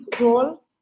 role